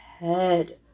head